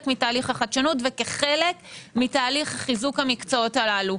מתהליך החדשנות וכחלק מתהליך חיזוק המקצועות הללו.